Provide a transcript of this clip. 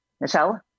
Michelle